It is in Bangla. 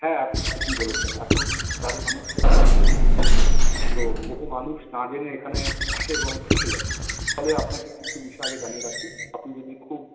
হ্যাঁ আপনি ঠিকই বলেছেন এখন প্রায় মানুষ শেয়ার ইনভেস্ট করছে তো বহু মানুষ না জেনে এখানে আসে এবং ফেঁসে যায় ফলে আপনাকে কিছু বিষয় আগে জানিয়ে রাখি আপনি যদি খুব